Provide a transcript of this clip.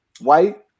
White